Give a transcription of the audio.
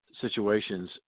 situations